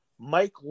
Mike